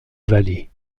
vallée